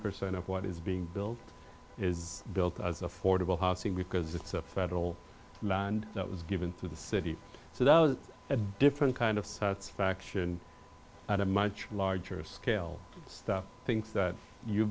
percent of what is being built is built as affordable housing because it's a federal land that was given to the city so those are a different kind of satisfaction at a much larger scale stuff things that you